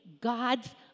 God's